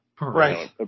Right